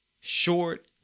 Short